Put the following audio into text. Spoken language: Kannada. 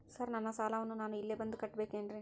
ಸರ್ ನನ್ನ ಸಾಲವನ್ನು ನಾನು ಇಲ್ಲೇ ಬಂದು ಕಟ್ಟಬೇಕೇನ್ರಿ?